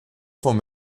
von